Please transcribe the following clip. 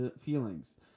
feelings